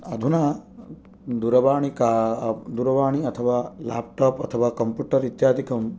अधुना दूरवाणी दूरवाणी अथवा ल्यापटप् अथवा कम्प्युटर् इत्यादिकं